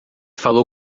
falou